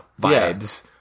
vibes